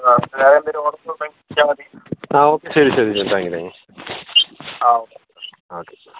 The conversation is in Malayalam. ആ വെറെ എന്തെങ്കിലും ഓർഡർ ഉണ്ടെങ്കിൽ വിളിച്ചാൽ മതി ആ ഓക്കെ ശരി ശരി ശരി താങ്ക് യു താങ്ക് യു ആ ഓക്കെ ഓക്കെ